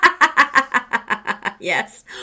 Yes